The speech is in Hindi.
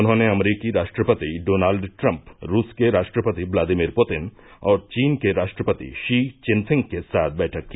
उन्होंने अमरीकी राष्ट्रपति डोनाल्ड ट्रंप रूस के राष्ट्रपति व्लादिमीर पुतिन और चीन के राष्ट्रपति षी चिनफिंग के साथ बैठक की